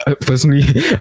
personally